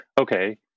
okay